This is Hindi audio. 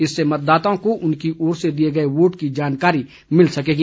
इससे मतदाताओं को उनकी ओर से दिए गए वोट की जानकारी मिलेगी